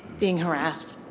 being harassed?